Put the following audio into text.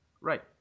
Right